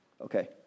Okay